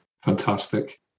Fantastic